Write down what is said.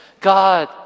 God